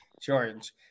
George